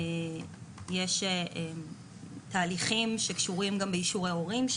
יש תהליכים שקשורים גם באישור ההורים,